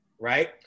Right